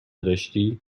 داشتی